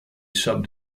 sub